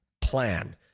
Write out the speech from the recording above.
plan